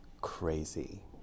crazy